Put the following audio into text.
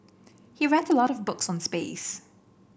he read a lot of books on space